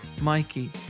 Mikey